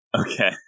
Okay